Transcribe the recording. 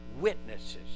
witnesses